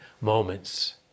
moments